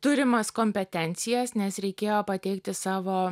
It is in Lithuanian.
turimas kompetencijas nes reikėjo pateikti savo